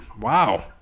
wow